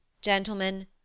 Gentlemen